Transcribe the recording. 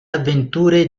avventure